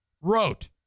wrote